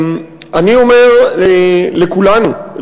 אני אומר לכולנו,